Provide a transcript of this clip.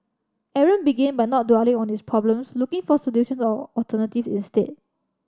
Aaron began by not dwelling on his problems looking for solutions or alternative instead